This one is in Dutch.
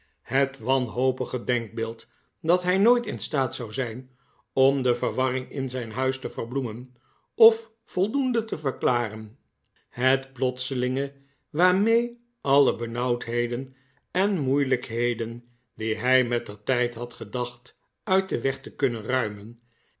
het wanhopige denkbeeld dat hij nooit in staat zou zijn om de verwarring in zijn huis te verbloemen of voldoende te verklaren het plotselinge waarmee alle benauwdheden en moeilijkheden die hij mettertijd had gedacht uit den weg te kunnen ruimen